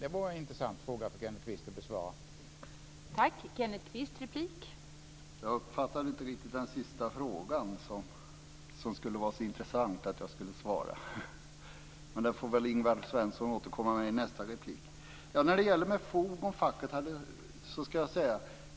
Det vore intressant om Kenneth Kvist kunde besvara den frågan.